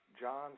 John's